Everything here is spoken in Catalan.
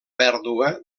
pèrdua